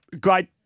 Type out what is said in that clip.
great